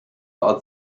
als